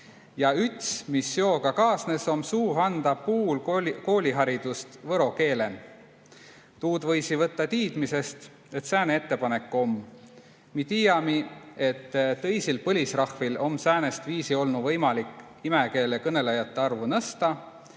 ja üts, mis seoga kaasnõs, om suu, anda puul kooliharidust võro keelen. Tuud võisi võtta tiidmisest, et sääne ettepanek om. Mi tiiämi, et tõisil põlisrahvil om säänest viisi olnu võimalik imäkeele kõnõlõjate arvu nõsta,